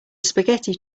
spaghetti